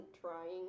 trying